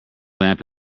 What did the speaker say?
lamp